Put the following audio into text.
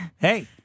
hey